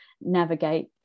navigate